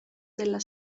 della